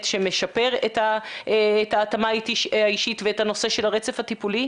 שמשפר את ההתאמה האישית ואת הנושא של הרצף הטיפולי,